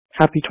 Happy